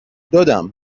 دادم